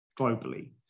globally